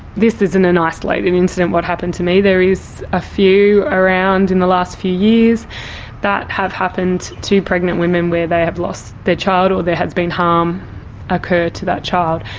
this isn't an isolated incident what happened to me, there is a few around in the last few years that have happened to pregnant women where they have lost their child or there has been harm occur to that child.